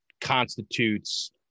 constitutes